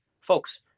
folks